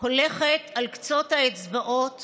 הולכת על קצות האצבעות